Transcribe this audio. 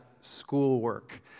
schoolwork